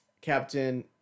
Captain